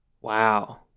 Wow